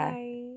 Bye